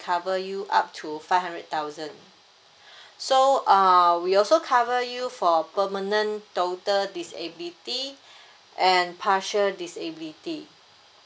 cover you up to five hundred thousand so uh we also cover you for permanent total disability and partial disability